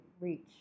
reach